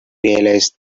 realized